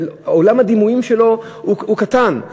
עולם הדימויים שלו קטן.